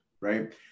right